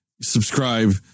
Subscribe